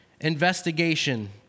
investigation